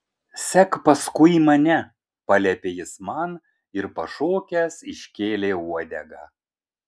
sek paskui mane paliepė jis man ir pašokęs iškėlė uodegą